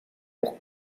cour